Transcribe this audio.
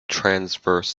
transverse